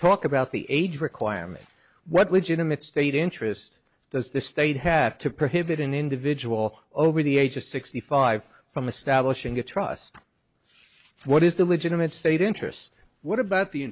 talk about the age requirement what legitimate state interest does the state have to prohibit an individual over the age of sixty five from establishing a trust what is the legitimate state interest what about the